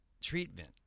treatment